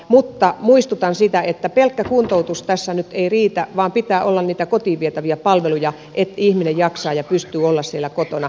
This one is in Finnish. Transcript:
mutta muistutan siitä että pelkkä kuntoutus tässä nyt ei riitä vaan pitää olla niitä kotiin vietäviä palveluja että ihminen jaksaa ja pystyy olemaan siellä kotona